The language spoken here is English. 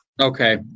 Okay